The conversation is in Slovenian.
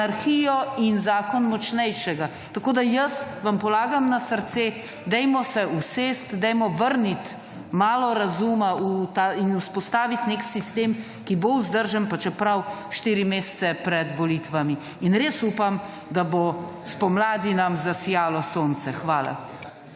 anarhijo in zakon močnejšega. Tako, da jaz vam polagam na srce, dajmo se usesti, dajmo vrniti malo razuma in vzpostaviti nek sistem, ki bo vzdržen, pa čeprav štiri mesece pred volitvami. In res upam, da bo spomladi nam zasijalo sonce. Hvala.